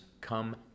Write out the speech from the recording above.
come